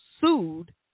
sued